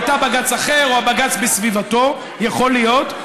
היה בג"ץ אחר או בג"ץ בסביבתו, יכול להיות.